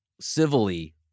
civilly –